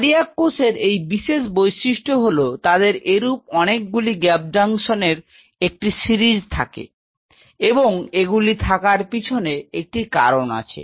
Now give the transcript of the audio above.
cardiac কোষের এই বিশেষ বৈশিষ্ট্য হল তাদের এরূপ অনেকগুলি গ্যাপ জংশনের একটি সিরিজ থাকে এবং এগুলি থাকার পিছনে একটি কারন আছে